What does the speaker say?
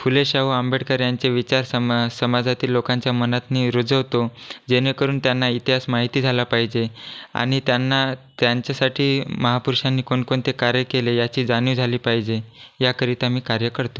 फुले शाहू आंबेडकर यांचे विचार समाजा समाजातील लोकांच्या मनात मी रुजवतो जेणेकरून त्यांना इतिहास माहिती झाला पाहिजे आणि त्यांना त्यांच्यासाठी महापुरुषांनी कोणकोणते कार्य केले याची जाणीव झाली पाहिजे याकरिता मी कार्य करतो